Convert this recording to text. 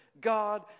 God